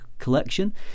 Collection